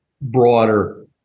broader